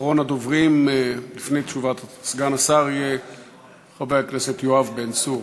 אחרון הדוברים לפני תשובת סגן השר יהיה חבר הכנסת יואב בן צור.